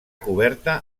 coberta